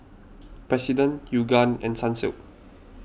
President Yoogane and Sunsilk